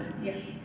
Yes